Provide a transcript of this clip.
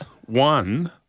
one